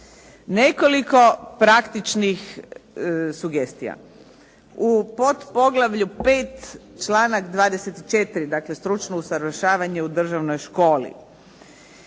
Nekoliko praktičnih sugestija. U potpoglavlju 5. članak 24. dakle stručno usavršavanje u Državnoj školi,